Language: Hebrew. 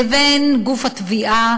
לבין גוף התביעה